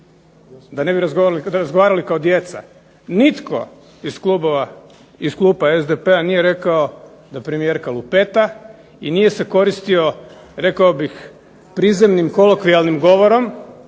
da ne bi razgovarali kao djeca. Nitko iz klupa SDP-a nije rekao da premijerka lupeta, i nije se koristio rekao bih prizemnim kolokvijalnim govorom,